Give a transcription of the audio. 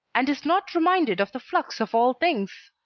and is not reminded of the flux of all things?